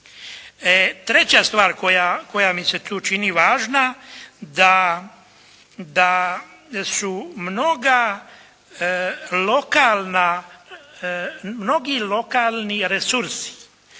Treća stvar koja mi se tu čini važna da su mnoga lokalna, mnogi